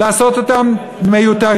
לעשות אותם מיותרים?